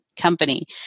company